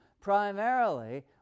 primarily